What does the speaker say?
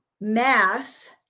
mass